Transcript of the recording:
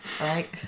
right